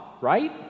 right